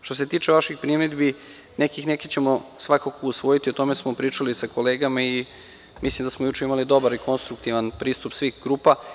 Što se tiče vaših primedbi, neke ćemo svakako usvojiti, o tome smo pričali i sa kolegama i mislim da smo juče imali dobar i konstruktivan pristup svih grupa.